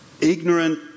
ignorant